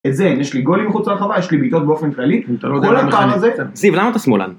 את זה אין, יש לי גולים מחוץ לרחבה, יש לי בעיטות באופן כללי, ואתה לא יודע למה אני חייב... זיו, למה אתה שמאלן?